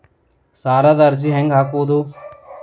ಸಾಲದ ಅರ್ಜಿ ಹೆಂಗ್ ಹಾಕುವುದು?